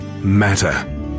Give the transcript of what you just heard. matter